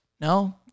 No